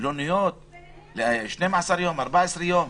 למלונית ל-12 או 14 יום.